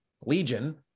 Legion